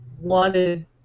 wanted